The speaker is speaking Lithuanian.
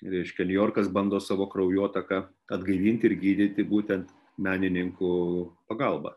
reiškia niujorkas bando savo kraujotaką atgaivinti ir gydyti būtent menininkų pagalba